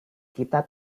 kita